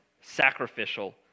sacrificial